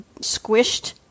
squished